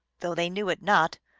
though they knew it not,